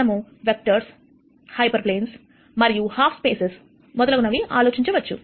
మనము vectors hyperplanes మరియు half spaces మొదలగునవి ఆలోచించవచ్చు